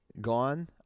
gone